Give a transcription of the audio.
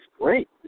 great